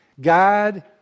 God